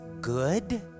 good